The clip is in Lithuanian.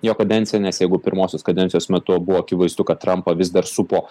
jo kadencija nes jeigu pirmosios kadencijos metu buvo akivaizdu kad trampą vis dar supo